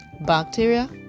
bacteria